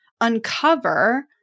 uncover